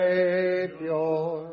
Savior